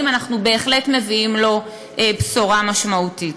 אנחנו בהחלט מביאים לו בשורה משמעותית.